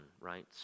right